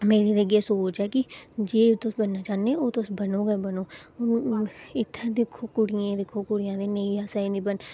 मेरी ते इ'यै सोच ऐ की जेह् तुस करना चाह्न्ने ओह् तुस बनो गै बनो ओह् इत्थें दिक्खो कुड़ियें ई दिक्खो कुड़ियां नेईं गै सेही नी बन